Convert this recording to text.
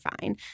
fine